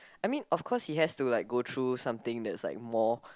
I mean of course he has to like go through something that's like more